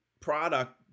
Product